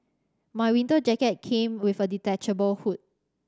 my winter jacket came with a detachable hood